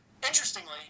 Interestingly